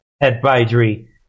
advisory